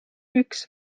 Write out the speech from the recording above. üks